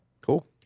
Cool